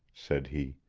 said he.